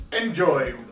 enjoy